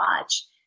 watch